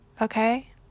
Okay